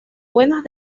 buenas